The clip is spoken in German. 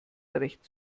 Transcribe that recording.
recht